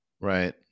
right